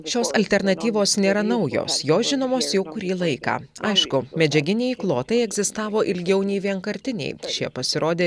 šios alternatyvos nėra naujos jos žinomos jau kurį laiką aišku medžiaginiai įklotai egzistavo ilgiau nei vienkartiniai šie pasirodė